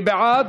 מי בעד?